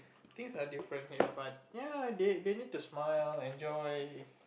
things are different ya but ya they need to smile enjoy